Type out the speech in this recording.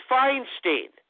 Feinstein